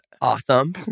awesome